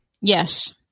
Yes